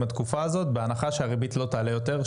התקופה הזאת בהנחה שהריבית לא תעלה יותר,